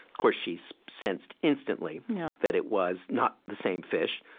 course, she so sensed instantly that it was not the same fish,